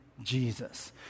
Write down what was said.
Jesus